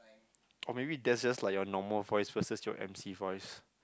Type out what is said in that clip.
or maybe that's just like your normal voice versus your emcee voice